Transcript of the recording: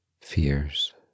fears